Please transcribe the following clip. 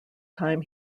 time